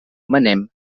manem